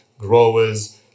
growers